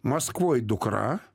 maskvoj dukra